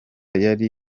yari